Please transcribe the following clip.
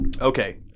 okay